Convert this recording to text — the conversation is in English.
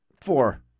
Four